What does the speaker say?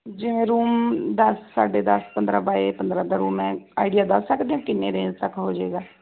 ਜਿਵੇਂ ਰੂਮ ਦਸ ਸਾਢੇ ਦਸ ਪੰਦਰਾਂ ਬਾਏ ਪੰਦਰਾਂ ਦਾ ਰੂਮ ਹੈ ਆਈਡੀਆ ਦੱਸ ਸਕਦੇ ਕਿੰਨੇ ਰੇਂਜ ਤੱਕ ਹੋ ਜਾਵੇਗਾ